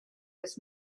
this